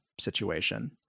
situation